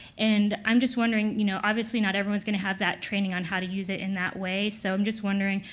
and i'm just wondering you know obviously not everyone's going to have that training on how to use it in that way. so i'm just wondering,